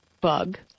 bug